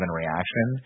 reaction